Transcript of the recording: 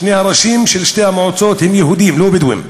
שני הראשים של שתי המועצות הם יהודים, לא בדואים.